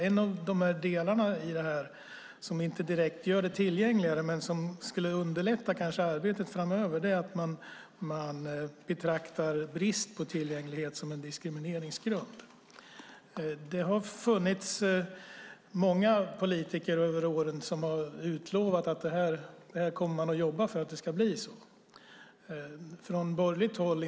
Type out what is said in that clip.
En av delarna i detta - som inte direkt gör det tillgängligare men som kanske skulle underlätta arbetet framöver - är att man betraktar brist på tillgänglighet som en diskrimineringsgrund. Det har genom åren funnits många politiker som har utlovat att man kommer att jobba för att det ska bli så - inte minst från borgerligt håll.